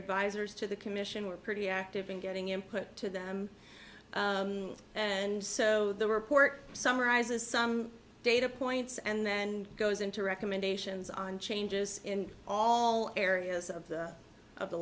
advisors to the commission were pretty active in getting input to them and so the report summarizes some data points and then goes into recommendations on changes in all areas of the of the